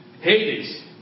Hades